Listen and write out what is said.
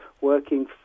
working